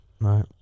Right